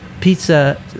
pizza